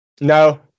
No